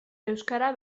euskara